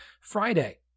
Friday